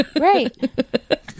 Right